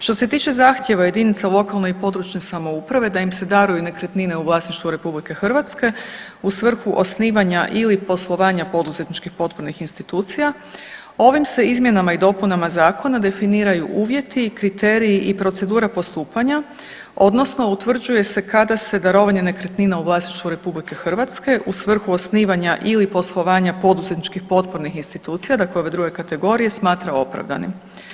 Što se tiče zahtjeva jedinica lokalne i područne samouprave da im se daruju nekretnine u vlasništvu RH u svrhu osnivanja ili poslovanja poduzetničkih potpornih institucija ovim se izmjenama i dopunama zakona definiraju uvjeti, kriteriji i procedura postupanja odnosno utvrđuje se kada se darovanje nekretnina u vlasništvu RH u svrhu osnivanja ili poslovanja poduzetničkih potpornih institucija dakle ove druge kategorije smatra opravdanim.